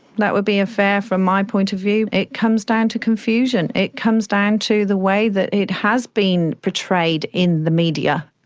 that would be a fair, from my point of view, and it comes down to confusion, it comes down to the way that it has been portrayed in the media.